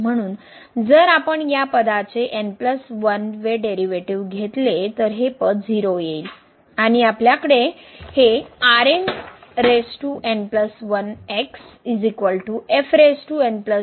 म्हणून जर वे डेरीवेटीव घेतले तर हे पद 0 होईल आणि आपल्याकडे हे आहे